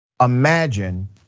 Imagine